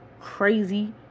crazy